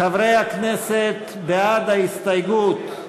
חברי הכנסת, בעד ההסתייגות,